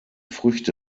früchte